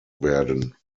werden